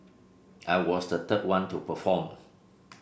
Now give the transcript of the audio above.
I was the third one to perform